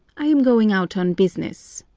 i am going out on business,